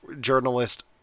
journalist